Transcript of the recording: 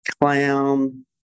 clown